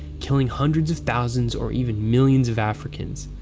killing hundreds of thousands or even millions of africans,